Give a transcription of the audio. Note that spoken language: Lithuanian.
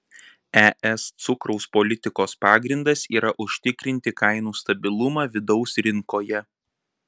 es cukraus politikos pagrindas yra užtikrinti kainų stabilumą vidaus rinkoje